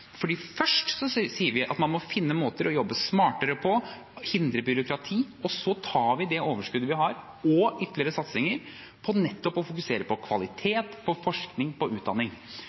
sier vi at man må finne måter å jobbe smartere på og hindre byråkrati. Så tar vi det overskuddet vi har, og ytterligere satsinger, og bruker det på å fokusere på nettopp kvalitet, på forskning